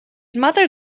mother